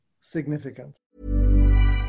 significance